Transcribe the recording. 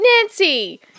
Nancy